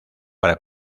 para